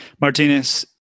Martinez